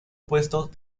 puestos